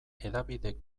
hedabideek